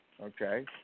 Okay